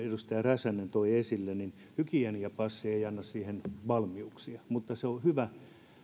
edustaja räsänen toi esille koronasta ja sen tarttumisprosessista hygieniapassi ei anna siihen valmiuksia mutta se on hyvä